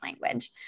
language